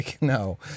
No